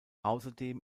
außerdem